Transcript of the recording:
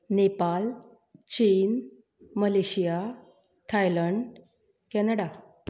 Nepal China Malaysia Thailand Canada